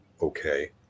okay